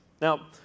Now